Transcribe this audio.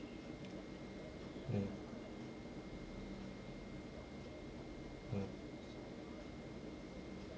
mm mm